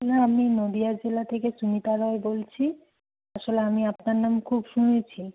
না আমি নদীয়া জেলা থেকে সুমিতা রয় বলছি আসলে আমি আপনার নাম খুব শুনেছি